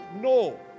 no